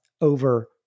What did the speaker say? over